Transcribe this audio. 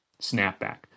snapback